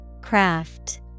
Craft